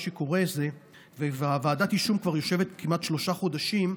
מה שקורה זה שוועדת היישום כבר יושבת כמעט שלושה חודשים.